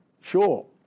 sure